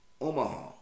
Omaha